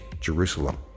Jerusalem